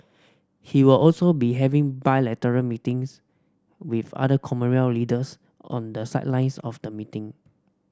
he will also be having bilateral meetings with other Commonwealth leaders on the sidelines of the meeting